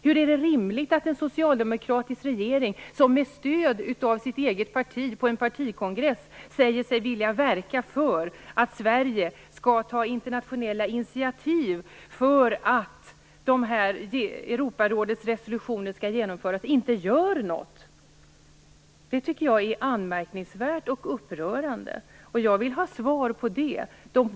Hur är det rimligt att en socialdemokratisk regering, som med stöd av sitt eget parti på en partikongress säger sig vilja verka för att Sverige skall ta internationella initiativ för att Europarådets resolutioner skall genomföras, inte gör något? Det tycker jag är anmärkningsvärt och upprörande. Jag vill ha svar på det.